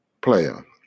player